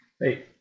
Hey